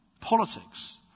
Politics